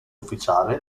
ufficiale